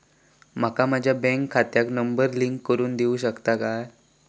माका माझ्या बँक खात्याक नंबर लिंक करून देऊ शकता काय?